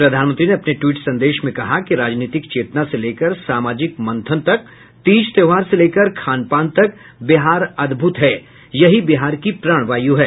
प्रधानमंत्री ने अपने ट्वीट संदेश में कहा कि राजनीतिक चेतना से लेकर सामाजिक मंथन तक तीज त्योहार से लेकर खानपान तक बिहार अद्भुत है यही बिहार की प्राणवायू है